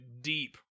deep